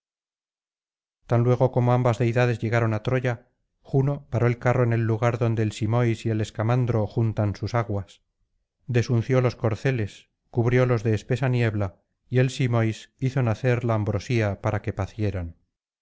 tan luego como ambas deidades llegaron á troya juno paró el carro en el lugar donde el símois y el escamandro juntan sus aguas desunció los corceles cubriólos de espesa niebla y el símois hizo nacer la ambrosía para que pacieran